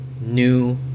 new